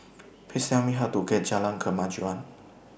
Please Tell Me How to get to Jalan Kemajuan